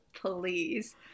Please